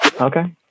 Okay